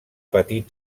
patir